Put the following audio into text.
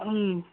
ꯎꯝ